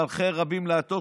ואחרי רבים להטות.